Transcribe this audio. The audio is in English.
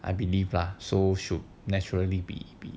I believe lah so should naturally be